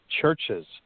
churches